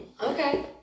Okay